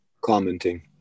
commenting